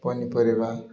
ପନିପରିବା